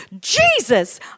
Jesus